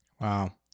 Wow